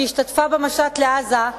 שהשתתפה במשט לעזה,